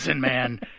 man